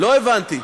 לא הבנתי.